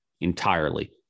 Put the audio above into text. entirely